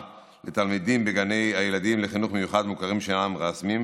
לתלמידים בגני הילדים לחינוך מיוחד מוכרים שאינם רשמיים